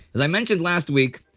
as i mentioned last week,